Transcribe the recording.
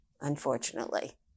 unfortunately